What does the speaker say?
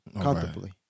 comfortably